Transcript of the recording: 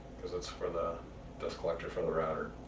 because it is for the dust collector for the router.